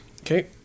Okay